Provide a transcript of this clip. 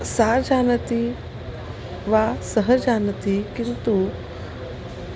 सा जानाति वा सः जानाति किन्तु